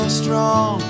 strong